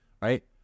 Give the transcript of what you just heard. right